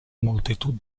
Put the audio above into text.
multitud